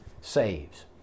saves